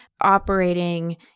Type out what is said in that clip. operating